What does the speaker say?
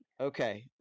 okay